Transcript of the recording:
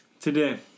Today